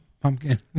pumpkin